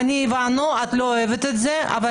יוליה מלינובסקי (יו"ר ועדת מיזמי תשתית